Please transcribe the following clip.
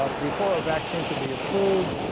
ah before a vaccine could be approved,